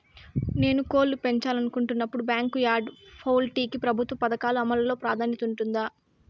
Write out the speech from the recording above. నేను కోళ్ళు పెంచాలనుకున్నపుడు, బ్యాంకు యార్డ్ పౌల్ట్రీ కి ప్రభుత్వ పథకాల అమలు లో ప్రాధాన్యత ఉంటుందా?